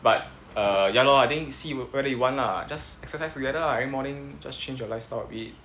but err ya lor I think see w~ whether you want lah just exercise together ah every morning just change your lifestyle a bit